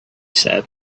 said